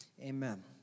amen